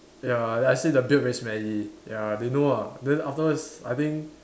ya then I say the beard very smelly ya they know ah then afterwards I think